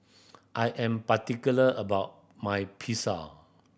I am particular about my Pizza